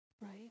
right